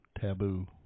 taboo